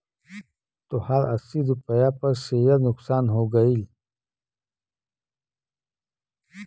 तोहार अस्सी रुपैया पर सेअर नुकसान हो गइल